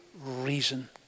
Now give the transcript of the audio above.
reason